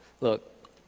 Look